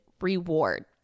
reward